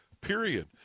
period